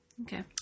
Okay